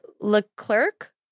Leclerc